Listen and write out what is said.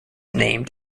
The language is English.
named